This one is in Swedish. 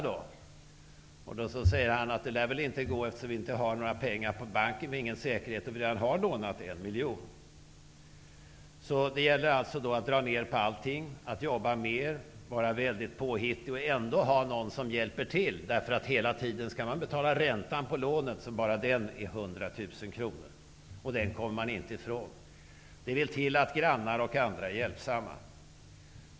Då säger han: Det lär väl inte gå, eftersom vi inte har några pengar på banken, inte har någon säkerhet och redan har lånat 1 miljon. Det gäller alltså att dra ned på allt, att jobba mer, att vara mycket påhittig och ändå ha någon som hjälper till, därför att man hela tiden skall betala räntan på lånet som bara den är 100 000 kr, och den kommer man inte ifrån. Det vill till att grannar och andra är hjälpsamma.